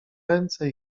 ręce